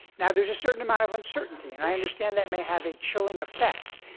now, there's a certain amount of uncertainty. and i understand that may have a chilling effect.